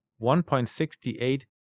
1.68